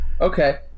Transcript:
Okay